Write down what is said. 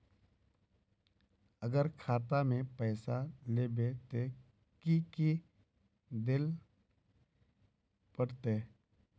अगर खाता में पैसा लेबे ते की की देल पड़ते?